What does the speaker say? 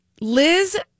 Liz